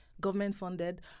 government-funded